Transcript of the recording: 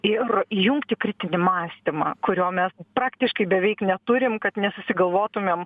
ir įjungti kritinį mąstymą kurio mes praktiškai beveik neturim kad nesusigalvotumėm